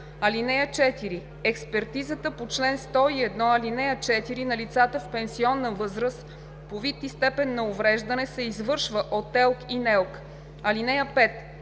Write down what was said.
(4) Експертизата по чл. 101, ал. 4 на лицата в пенсионна възраст по вид и степен на увреждане се извършва от ТЕЛК и НЕЛК. (5)